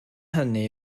hynny